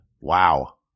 Wow